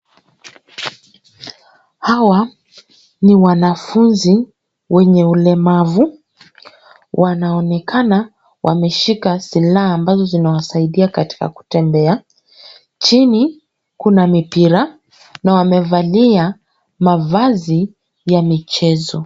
Hawa ni wanafunzi wenye ulemavu. Wanaonekana wameshika silaha ambazo zinawasaidia katika kutembea. Chini kuna mipira, na wamevalia mavazi ya michezo.